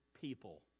people